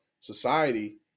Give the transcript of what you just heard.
society